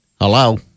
Hello